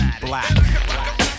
Black